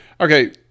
Okay